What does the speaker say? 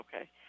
Okay